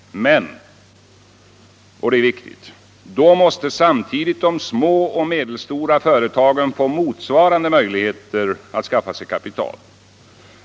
Men då — och det är viktigt — måste samtidigt de små och medelstora företagen få motsvarande möjligheter att skaffa sig kapital.